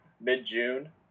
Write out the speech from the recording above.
mid-June